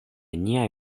niaj